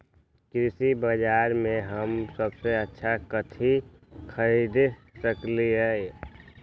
कृषि बाजर में हम सबसे अच्छा कथि खरीद सकींले?